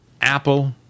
Apple